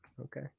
Okay